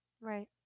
Right